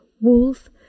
wolf